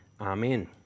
Amen